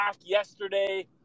yesterday